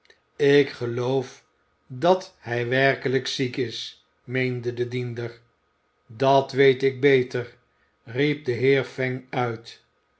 ik geloof dat hij werkelijk ziek is meende de diender dat weet ik beter riep de heer fang uit